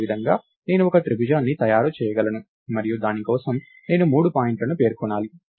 అదేవిధంగా నేను ఒక త్రిభుజాన్ని తయారు చేయగలను మరియు దాని కోసం నేను మూడు పాయింట్లను పేర్కొనాలి